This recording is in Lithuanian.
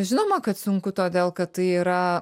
žinoma kad sunku todėl kad tai yra